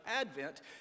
Advent